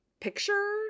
picture